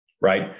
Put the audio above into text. right